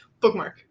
bookmark